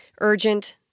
urgent